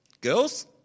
Girls